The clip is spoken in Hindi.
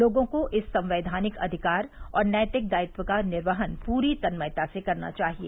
लोगों को इस संवैधानिक अधिकार और नैतिक दायित्व का निर्वहन पूरी तन्मयता से करना चाहिए